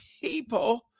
people